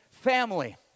family